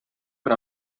per